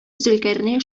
зөлкарнәй